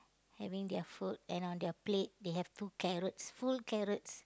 having their food and on their plate they have two carrots full carrots